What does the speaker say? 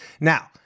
Now